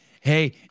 Hey